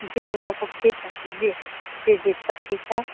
جی وہ سب ٹھیک ہے جی جی جی سب ٹھیک ہے